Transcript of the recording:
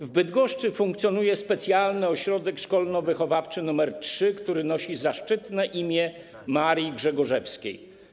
W Bydgoszczy funkcjonuje Specjalny Ośrodek Szkolno-Wychowawczy nr 3, który nosi zaszczytne imię Marii Grzegorzewskiej.